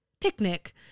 Picnic